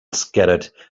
scattered